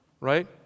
right